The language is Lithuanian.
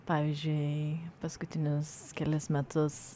pavyzdžiui paskutinius kelis metus